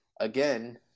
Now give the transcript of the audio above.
again –